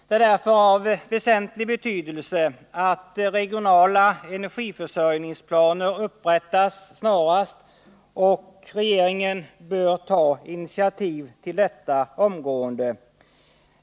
Det är därför av väsentlig betydelse att regionala energiförsörjningsplaner upprättas snarast. Regeringen bör ta initiativ till detta omgående.